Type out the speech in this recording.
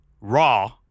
raw